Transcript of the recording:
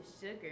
sugar